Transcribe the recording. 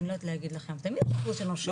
אני לא יודעת להגיד לך, תמיד יש אחוז שנושר.